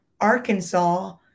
Arkansas